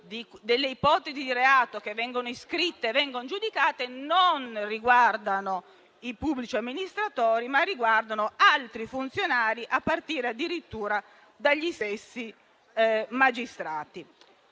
delle ipotesi di reato che vengono iscritte e giudicate non riguardano i pubblici amministratori, ma riguardano altri funzionari, a partire addirittura dagli stessi magistrati.